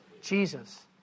jesus